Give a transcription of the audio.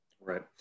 Right